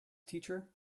teacher